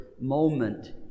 moment